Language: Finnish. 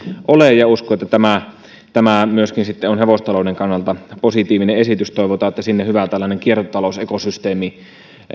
ole ja uskon että tämä tämä on myöskin hevostalouden kannalta positiivinen esitys toivotaan että sinne tällainen hyvä kiertotalousekosysteemi